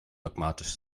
dogmatisch